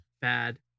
Bad